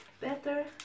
better